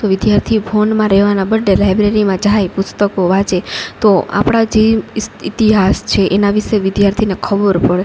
તો વિદ્યાર્થી ફોનમાં રહેવાના બદલે લાઇબ્રેરીમાં જાય પુસ્તકો વાંચે તો આપણા જી ઇતિહાસ છે એના વિષે વિદ્યાર્થીને ખબર પડે